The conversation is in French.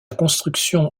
construction